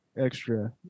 Extra